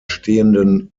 stehenden